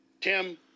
Tim